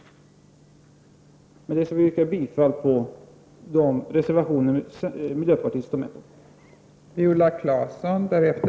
Med det vill jag yrka bifall till de reservationer som miljöpartiet är med på.